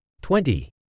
twenty